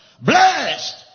Blessed